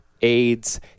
AIDS